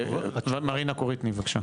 מרינה קוריטני, בבקשה.